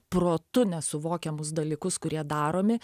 protu nesuvokiamus dalykus kurie daromi